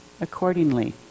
accordingly